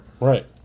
Right